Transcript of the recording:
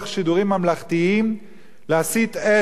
להצית אש נגד אנשים מפני שהם לא מאמינים,